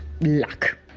luck